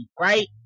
right